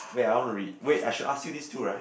wait I want to read wait I should ask you this too right